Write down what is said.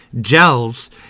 gels